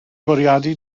bwriadu